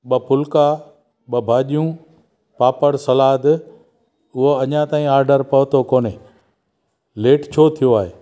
ॿ फुलका ॿ भाॼियूं पापड़ सलाद उहो अञा ताईं ऑडर पहुतो कोन्हे लेट छो थियो आहे